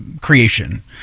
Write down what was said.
creation